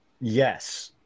Yes